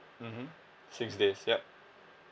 mmhmm six days yup